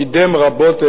קידם רבות,